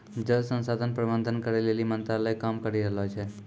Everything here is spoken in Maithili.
जल संसाधन प्रबंधन करै लेली मंत्रालय काम करी रहलो छै